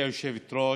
גברתי היושבת-ראש,